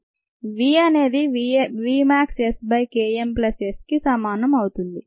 v అనేది v max S by K m plus S కి సమానం అవుతుంది